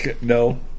no